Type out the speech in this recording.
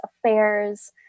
affairs